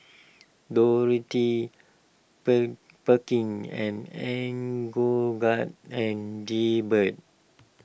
Dorothy per Perkins and and give bird